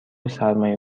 سرمایه